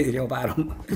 ir jau varom